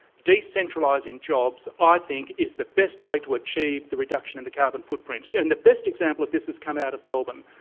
decentralising jobs i think is the best way to achieve the reduction in the carbon footprint. and the best example of this has come out of melbourne.